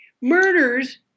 Murders